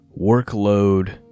workload